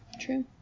true